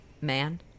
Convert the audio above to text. man